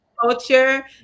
culture